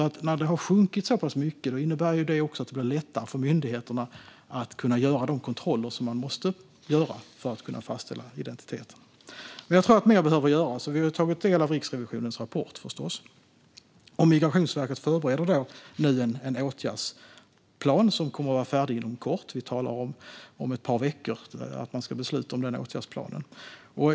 Att det har sjunkit så pass mycket innebär att det blir lättare för myndigheterna att göra de kontroller som man måste göra för att kunna fastställa identitet. Jag tror att mer behöver göras. Vi har förstås tagit del av Riksrevisionens rapport, och Migrationsverket förbereder nu en åtgärdsplan som kommer att vara färdig inom kort - man ska besluta om den inom ett par veckor.